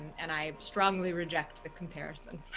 and i strongly reject the comparison.